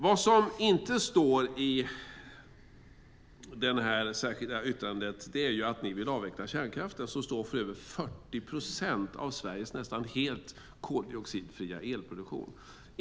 Vad som inte står i Socialdemokraternas särskilda yttrande är att ni vill avveckla kärnkraften som står för över 40 procent av Sveriges nästan helt koldioxidfria elproduktion.